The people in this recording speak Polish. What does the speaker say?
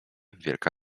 wielka